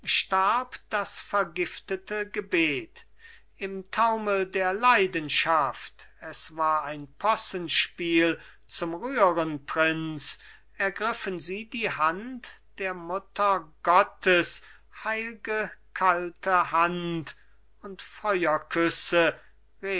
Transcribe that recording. starb das vergiftete gebet im taumel der leidenschaft es war ein possenspiel zum rühren prinz ergreifen sie die hand der mutter gottes heilge kalte hand und